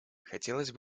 хотелось